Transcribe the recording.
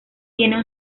tienen